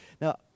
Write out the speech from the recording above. Now